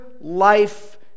life